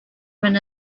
when